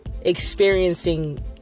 experiencing